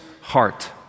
heart